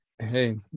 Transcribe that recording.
Hey